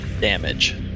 damage